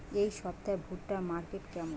এই সপ্তাহে ভুট্টার মার্কেট কেমন?